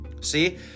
see